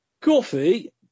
Coffee